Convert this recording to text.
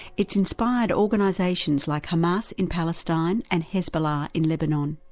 its inspired organisations like hamas in palestine, and hezbollah in lebanon.